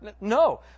No